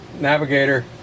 navigator